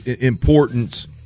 importance